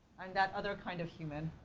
i'm that other kind of human.